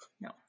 no